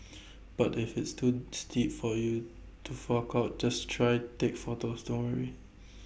but if that's too steep for you to fork out just try take photos don't worry